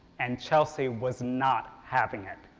and chelsea was not having it.